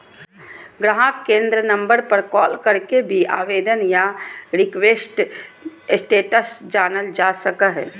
गाहक केंद्र नम्बर पर कॉल करके भी आवेदन या रिक्वेस्ट के स्टेटस जानल जा सको हय